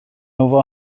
nhw